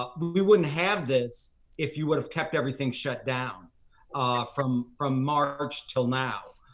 ah but we wouldn't have this if you would have kept everything shut down from from march till now.